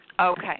Okay